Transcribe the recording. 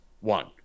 one